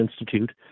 Institute